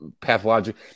pathologic